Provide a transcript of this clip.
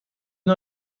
bin